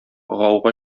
гауга